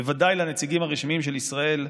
בוודאי לנציגים הרשמיים של ישראל,